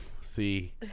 see